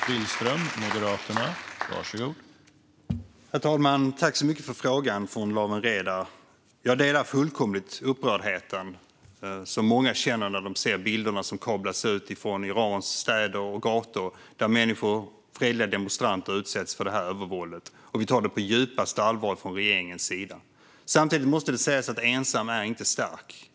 Herr talman! Jag tackar så mycket för frågan från Lawen Redar. Jag delar fullkomligt den upprördhet som många känner när de ser bilderna som kablas ut från Irans städer och gator, där människor, fredliga demonstranter, utsätts för detta övervåld. Vi tar det på djupaste allvar från regeringens sida. Samtidigt måste det sägas att ensam inte är stark.